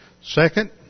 Second